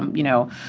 and you know,